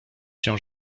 się